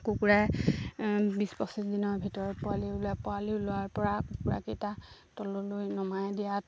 কুকুৰাই বিছ পঁচিছ দিনৰ ভিতৰত পোৱালি উলিয়াই পোৱালি ওলোৱাৰপৰা কুকুৰাকেইটা তললৈ নমাই দিয়াত